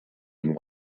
and